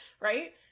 Right